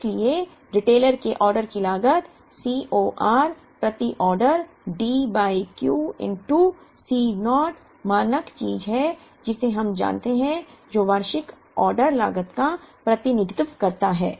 इसलिए रिटेलर के ऑर्डर की लागत C o r प्रति order D by Q C naught मानक चीज है जिसे हम जानते हैं जो वार्षिक ऑर्डर लागत का प्रतिनिधित्व करता है